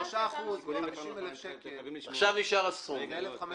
עכשיו נשאר הסכום.